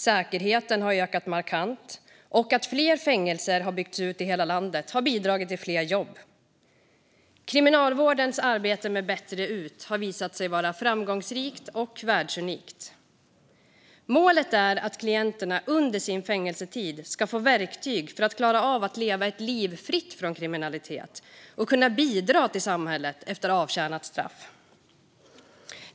Säkerheten har ökat markant, och att fler fängelser har byggts ut i hela landet har bidragit till fler jobb. Kriminalvårdens arbete med Bättre ut har visat sig vara framgångsrikt och världsunikt. Målet är att klienterna under sin fängelsetid ska få verktyg för att klara av att leva ett liv fritt från kriminalitet och kunna bidra till samhället efter avtjänat straff.